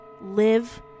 live